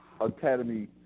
academy